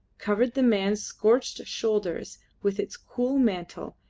covered the man's scorched shoulders with its cool mantle,